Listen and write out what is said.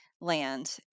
land